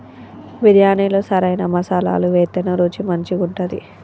బిర్యాణిలో సరైన మసాలాలు వేత్తేనే రుచి మంచిగుంటది